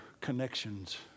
connections